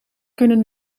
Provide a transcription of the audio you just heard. kunnen